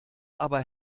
aber